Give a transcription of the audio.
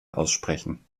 aussprechen